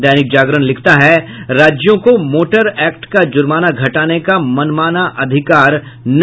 दैनिक जागरण लिखता है राज्यों को मोटर एक्ट का जुर्माना घटाने का मनमाना अधिकार नहीं